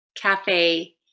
cafe